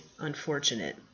unfortunate